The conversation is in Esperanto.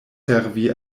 servi